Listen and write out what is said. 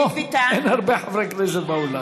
לא, אין הרבה חברי כנסת באולם.